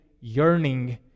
yearning